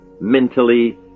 mentally